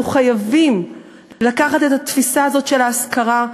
אנחנו חייבים לקחת את התפיסה הזאת של ההשכרה,